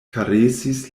karesis